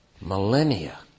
Millennia